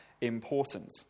important